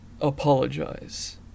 apologize